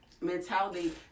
mentality